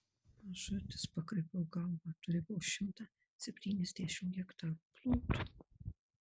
mažutis pakraipiau galvą turi vos šimtą septyniasdešimt hektarų ploto